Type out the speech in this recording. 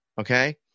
okay